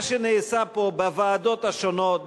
מה שנעשה פה בוועדות השונות,